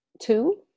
two